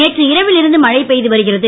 நேற்று இரவில் இருந்து மழை பெய்து வருகிறது